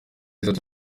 byiza